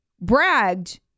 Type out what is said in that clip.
bragged